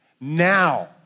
now